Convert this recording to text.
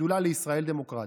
השדולה לישראל דמוקרטית.